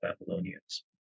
Babylonians